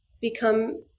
become